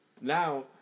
now